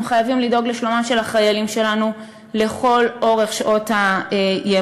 אנחנו חייבים לדאוג לשלומם של החיילים שלנו לאורך כל שעות היממה.